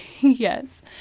Yes